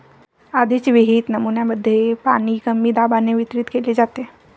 आधीच विहित नमुन्यांमध्ये पाणी कमी दाबाने वितरित केले जाते